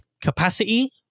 capacity